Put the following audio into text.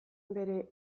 bere